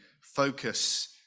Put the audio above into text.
focus